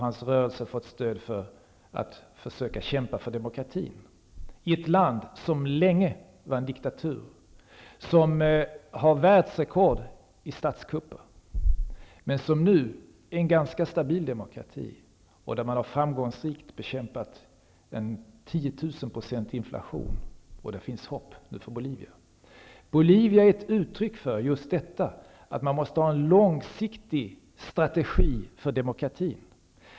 Hans rörelse har fått stöd för att försöka kämpa för demokratin, i ett land som länge var en diktatur, som har världsrekord i statskupper men som nu är en ganska stabil demokrati och där man har framgångsrikt bekämpat en 10 000-procentig inflation. Det finns nu hopp för Bolivia. Bolivia är ett uttryck just för detta att man måste ha en långsiktig strategi för demokratin.